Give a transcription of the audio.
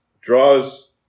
draws